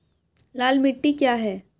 लाल मिट्टी क्या है?